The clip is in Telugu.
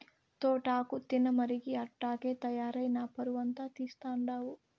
తోటాకు తినమరిగి అట్టాగే తయారై నా పరువంతా తీస్తండావు